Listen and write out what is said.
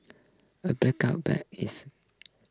a blanket ban is